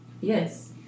Yes